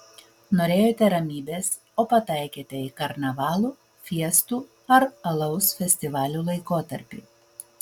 norėjote ramybės o pataikėte į karnavalų fiestų ar alaus festivalių laikotarpį